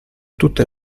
tutte